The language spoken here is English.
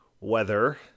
weather